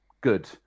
good